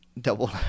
double